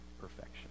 perfection